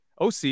OC